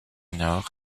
nord